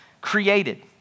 created